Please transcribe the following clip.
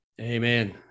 Amen